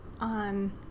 on